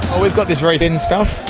we've got this very thin stuff,